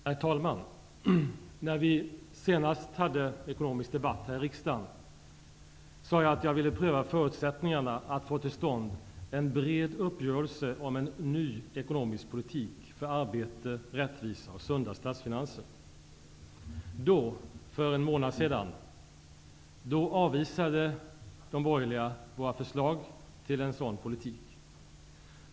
Herr talman! När vi senast hade ekonomisk debatt här i riksdagen sade jag att jag ville pröva förutsättningarna att få till stånd en bred uppgörelse om en ny ekonomisk politik -- för arbete, rättvisa och sunda statsfinanser. Då, för en månad sedan, avvisade de borgerliga våra förslag till en sådan politik.